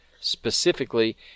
specifically